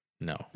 No